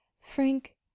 Frank